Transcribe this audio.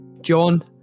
John